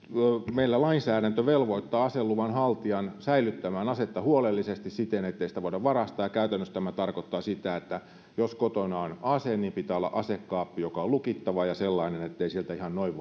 meillä lainsäädäntö velvoittaa aseluvan haltijan säilyttämään asetta huolellisesti siten ettei sitä voida varastaa ja käytännössä tämä tarkoittaa sitä että jos kotona on ase niin pitää olla asekaappi joka on lukittava ja sellainen ettei sieltä ihan noin